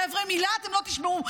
חבר'ה, אתם לא תשמעו.